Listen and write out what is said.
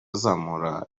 zamura